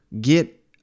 get